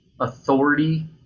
authority